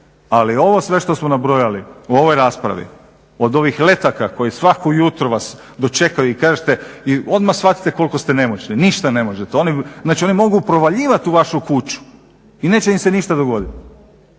ali ovo sve što smo nabrojali u ovoj raspravi, od ovih letaka koji svako jutro vas dočekaju i kažete i odmah shvatite koliko ste nemoćni, ništa ne možete. Znači oni mogu provaljivati u vašu kuću i neće im se ništa dogoditi,